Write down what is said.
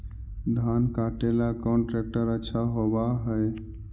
धान कटे ला कौन ट्रैक्टर अच्छा होबा है?